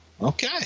okay